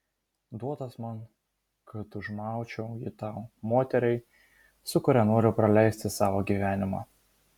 duotas man kad užmaučiau jį tau moteriai su kuria noriu praleisti savo gyvenimą